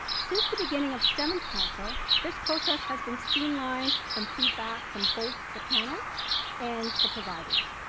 since the beginning of seventh council, this process has been streamlined from feedback from both the panels and the providers.